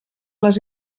les